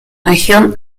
región